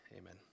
Amen